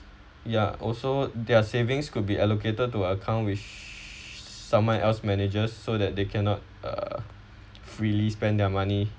ya also their savings could be allocated to account which someone else manages so that they cannot uh freely spend their money